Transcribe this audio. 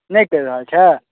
नहि करि रहल छथि